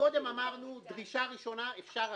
מקודם אמרנו דרישה ראשונה אפשר רגיל.